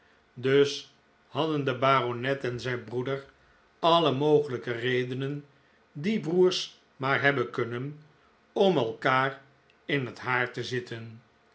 dus hadden de baronet en zijn broeder alle mogelijke redenen die broers maar hebben kunnen om elkaar in het haar te zitten